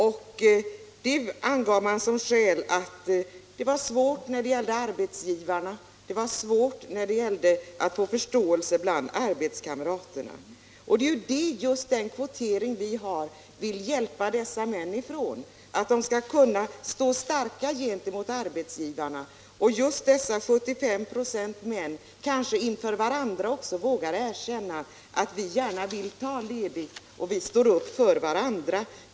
De senare angav då som skäl att det var svårt både med arbetsgivarna och när det gällde att få förståelse bland arbetskamraterna. Det är just genom den kvotering vi har som vi vill hjälpa dessa män, så att de skall kunna stå starka gentemot arbetsgivarna. Kanske dessa 75 96 män inför varandra också vågar erkänna att de gärna vill ta ledigt. De vill måhända stå upp för varandra.